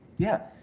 yeah.